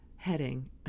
heading